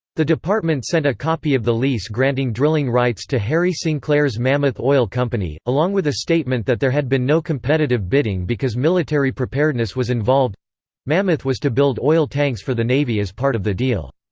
the department sent a copy of the lease granting drilling rights to harry sinclair's mammoth oil company, along with a statement that there had been no competitive bidding because military preparedness was involved mammoth was to build oil tanks for the navy as part of the deal.